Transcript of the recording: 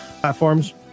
platforms